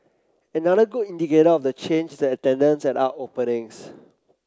another good indicator of the change is the attendance at art openings